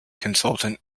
consultant